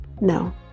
no